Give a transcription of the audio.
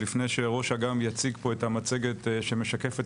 לפני שראש אג"מ יציג פה את המצגת שמשקפת